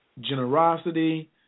generosity